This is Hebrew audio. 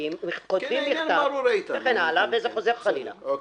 כותבים מכתב וזה חוזר חלילה.